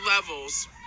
levels